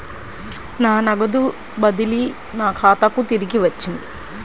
నా నగదు బదిలీ నా ఖాతాకు తిరిగి వచ్చింది